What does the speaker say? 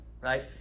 right